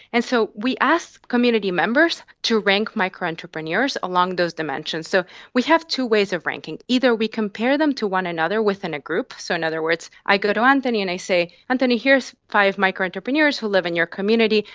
and so we asked community members to rank micro entrepreneurs along those dimensions. so we have two ways of ranking. either we compare them to one another within a group, so in other words i go to antony and i say, antony, here is five micro entrepreneurs who live in your community,